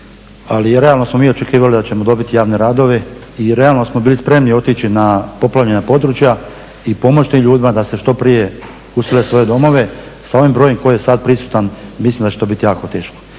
ali realno smo mi očekivali da ćemo dobiti javne radove, i realno smo bili spremni otići na poplavljena područja i pomoći tim ljudima da se što prije usele u svoje domove. Sa ovim brojem koji je sad prisutan mislim da će to biti jako teško.